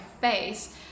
face